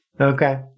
okay